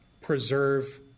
preserve